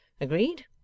Agreed